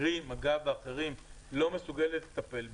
קרי מג"ב ואחרים, לא מסוגלת לטפל בזה,